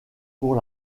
pour